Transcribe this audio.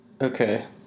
Okay